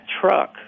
truck